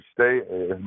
State